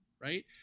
right